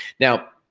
now,